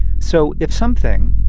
so if something,